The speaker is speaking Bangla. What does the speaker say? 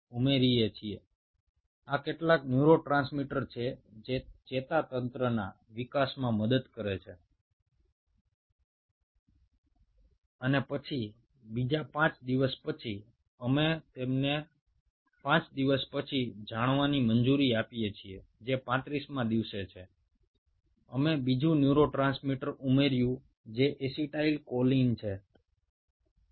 এগুলো হলো সেই সমস্ত নিউরোট্রান্সমিটার যেগুলো নার্ভাস সিস্টেম গড়ে তুলতে সাহায্য করে এবং তারপর আরো পাঁচ দিন বাদে অর্থাৎ 35 তম দিনে আমরা আরো একটি নিউরোট্রান্সমিটার অ্যাসিটাইলকোলিন যোগ করব